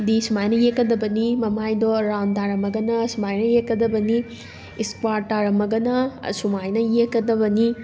ꯗꯤ ꯁꯨꯃꯥꯏꯅ ꯌꯦꯛꯀꯗꯕꯅꯤ ꯃꯃꯥꯏꯗꯣ ꯔꯥꯎꯟ ꯇꯥꯔꯝꯃꯒꯅ ꯁꯨꯃꯥꯏꯅ ꯌꯦꯛꯀꯗꯕꯅꯤ ꯏꯁꯀ꯭ꯋꯥꯔ ꯇꯥꯔꯝꯃꯒꯅ ꯑꯁꯨꯃꯥꯏꯅ ꯌꯦꯛꯀꯗꯕꯅꯤ